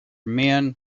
men